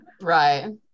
Right